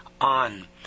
on